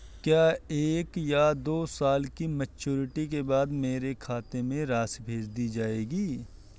क्या एक या दो साल की मैच्योरिटी के बाद मेरे खाते में राशि भेज दी जाएगी?